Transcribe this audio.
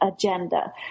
agenda